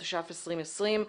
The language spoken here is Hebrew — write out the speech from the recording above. התש"ף-2020.